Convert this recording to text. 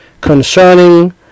Concerning